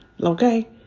Okay